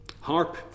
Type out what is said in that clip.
Harp